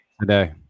today